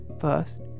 First